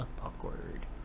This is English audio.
Awkward